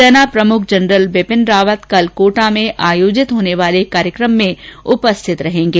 सेना प्रमुख जनरल बिपिन रावत कल कोटा में आयोजित होने वाले कार्यक्रम में उपस्थित रहेंगे